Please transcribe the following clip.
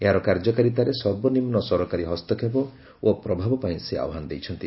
ଏହାର କାର୍ଯ୍ୟକାରୀତାରେ ସର୍ବନିମ୍ନ ସରକାରୀ ହସ୍ତକ୍ଷେପ ଓ ପ୍ରଭାବ ପାଇଁ ସେ ଆହ୍ୱାନ ଦେଇଛନ୍ତି